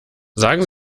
sagen